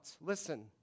Listen